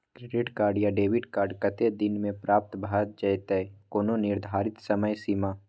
Credit या debit card कत्ते दिन म प्राप्त भ जेतै, कोनो निर्धारित समय सीमा?